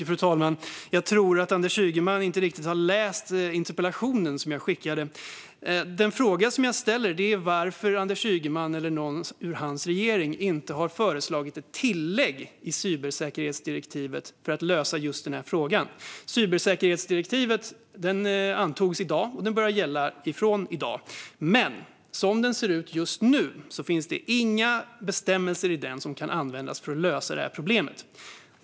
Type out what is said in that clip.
Fru talman! Jag tror att Anders Ygeman inte riktigt har läst min interpellation. Den fråga jag ställer är varför inte Anders Ygeman eller någon annan i regeringen har föreslagit ett tillägg till cybersäkerhetsdirektivet för att lösa just den här frågan. Cybersäkerhetsdirektivet antogs i dag och börjar gälla från i dag. Men som det ser ut just nu finns det inga bestämmelser i det som kan användas för att lösa det här problemet.